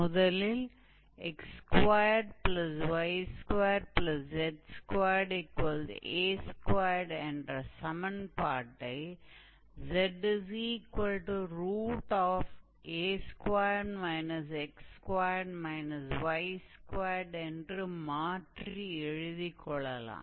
முதலில் 𝑥2𝑦2𝑧2𝑎2 என்ற சமன்பாட்டை za2 x2 y2 என்று மாற்றி எழுதிக் கொள்ளலாம்